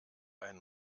einen